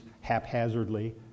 haphazardly